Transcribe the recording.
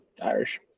Irish